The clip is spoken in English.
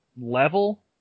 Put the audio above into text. level